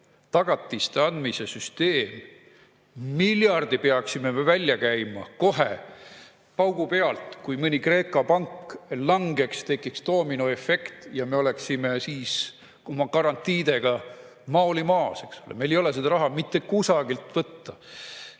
tagatiste andmise süsteem. Miljardi peaksime me välja käima kohe, paugupealt. Kui mõni Kreeka pank langeks, siis tekiks doominoefekt ja me oleksime oma garantiidega maoli maas, eks ole. Meil ei ole seda raha mitte kusagilt võtta.